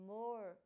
more